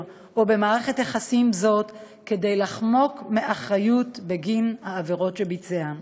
או במערכת יחסים זו כדי לחמוק מאחריות בגין העבירות שביצע.